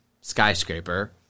skyscraper